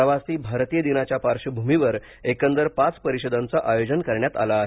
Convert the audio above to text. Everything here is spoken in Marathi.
प्रवासी भारतीय दिनाच्या पार्श्वभूमीवर एकंदर पाच परिषदांचं आयोजन करण्यात आलं आहे